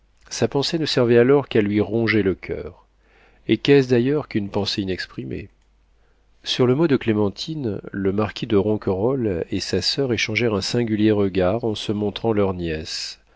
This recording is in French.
sa pensée ne servait alors qu'à lui ronger le coeur et qu'est-ce d'ailleurs qu'une pensée inexprimée sur le mot de clémentine le marquis de ronquerolles et sa soeur échangèrent un singulier regard en se montrant leur nièce